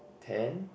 ten